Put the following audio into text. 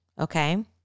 Okay